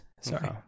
sorry